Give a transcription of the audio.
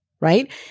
right